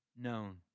known